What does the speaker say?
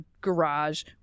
garage